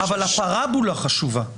-- אבל הפרבולה חשובה.